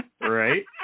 right